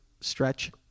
stretch